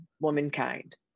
womankind